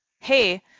hey